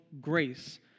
grace